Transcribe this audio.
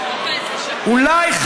אולי,